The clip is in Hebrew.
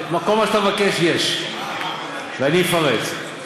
כל מה שאתה מבקש, יש, ואני אפרט.